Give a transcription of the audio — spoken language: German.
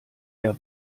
der